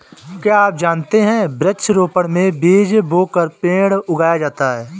क्या आप जानते है वृक्ष रोपड़ में बीज बोकर पेड़ उगाया जाता है